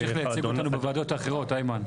תמשיך לייצג אותנו בוועדות האחרות, איימן.